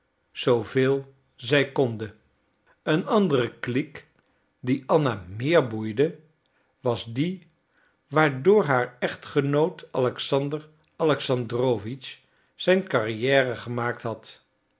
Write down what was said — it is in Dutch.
zooveel zij konde een andere clique die anna meer boeide was die waardoor haar echtgenoot alexander alexandrowitsch zijn carrière gemaakt had